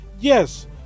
Yes